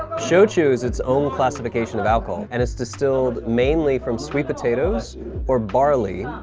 shochu is it's own classification of alcohol, and it's distilled mainly from sweet potatoes or barley,